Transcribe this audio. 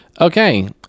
Okay